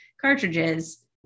cartridges